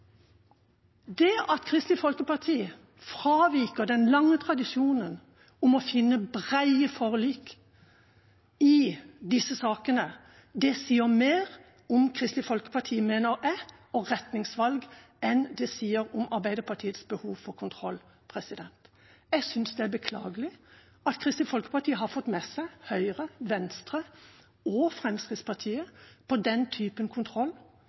Det at Kristelig Folkeparti fraviker den lange tradisjonen om å finne brede forlik i disse sakene, mener jeg sier mer om Kristelig Folkeparti og retningsvalg enn det sier om Arbeiderpartiets behov for kontroll. Jeg synes det er beklagelig at Kristelig Folkeparti har fått med seg Høyre, Venstre og Fremskrittspartiet på den type kontroll